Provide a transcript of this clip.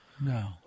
No